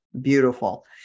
beautiful